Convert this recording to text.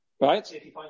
right